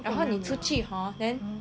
然后你出去 hor then